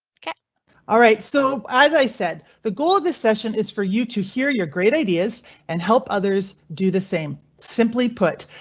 alright, so as i said, the goal of this session is for you to hear your great ideas and help others do the same. simply put